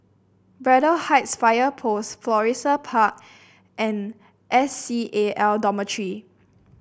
Braddell Heights Fire Post Florissa Park and S C A L Dormitory